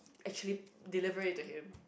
actually deliberate to him